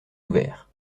ouvert